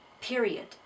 Period